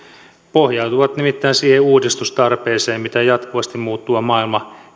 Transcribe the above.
pohjautuvat nimittäin siihen uudistustarpeeseen minkä jatkuvasti muuttuva maailma